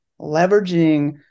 leveraging